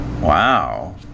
Wow